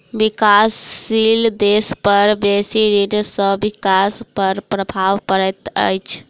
विकासशील देश पर बेसी ऋण सॅ विकास पर प्रभाव पड़ैत अछि